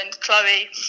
Chloe